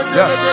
yes